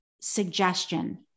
suggestion